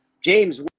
James